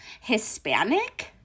Hispanic